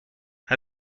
how